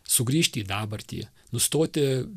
sugrįžti į dabartį nustoti